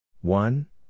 One